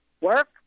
work